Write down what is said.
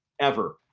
ever!